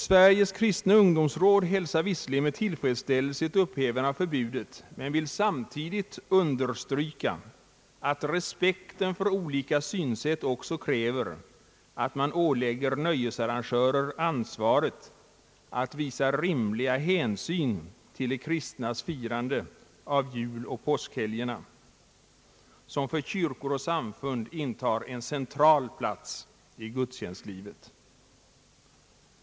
Sveriges kristna ungdomsråd hälsar visserligen med tillfredsställelse ett upphävande av förbudet men vill samtidigt understryka att respekten för olika synsätt också kräver att man ålägger nöjesarrangörer ansvaret att visa rimlig hänsyn till de kristnas firande av juloch påskhelgerna, som för kyrkornas samfund intar en central plats i gudstjänstlivet.